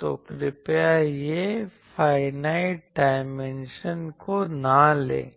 तो कृपया यह फाइनाइट डायमेंशन को न लें